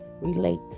relate